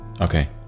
Okay